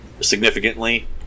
significantly